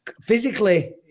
physically –